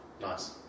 nice